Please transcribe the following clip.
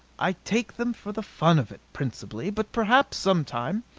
i take them for the fun of it, principally. but perhaps, sometime,